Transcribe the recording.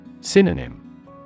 Synonym